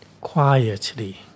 quietly